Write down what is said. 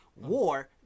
War